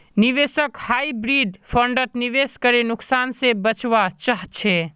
निवेशक हाइब्रिड फण्डत निवेश करे नुकसान से बचवा चाहछे